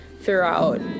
throughout